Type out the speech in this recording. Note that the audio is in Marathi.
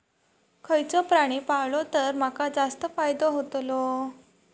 खयचो प्राणी पाळलो तर माका जास्त फायदो होतोलो?